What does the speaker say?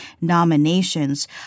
nominations